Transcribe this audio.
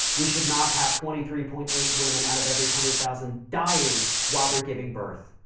we should not have twenty three point eight women out of every hundred thousand dying while they're giving birth.